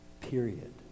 Period